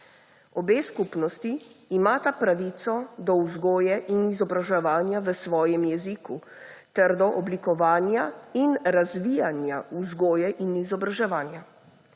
Obe skupnosti imata pravico do vzgoje in izobraževanja v svojem jeziku ter do oblikovanja in razvijanja vzgoje in izobraževanja.